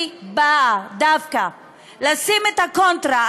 אני באה דווקא לשים את הקונטרה,